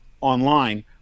online